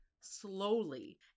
slowly